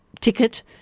Ticket